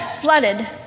flooded